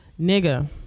nigga